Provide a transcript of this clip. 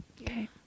okay